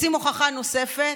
רוצים הוכחה נוספת?